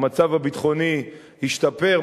המצב הביטחוני השתפר.